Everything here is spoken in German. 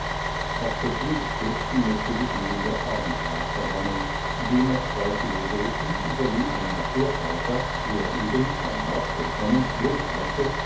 auf befehl des fürsten mußte sich nun der ordensrat versammeln dem noch zwei philosophen sowie ein naturforscher der eben vom nordpol kommend